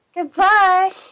Goodbye